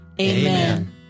Amen